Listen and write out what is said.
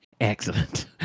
excellent